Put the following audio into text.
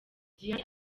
diane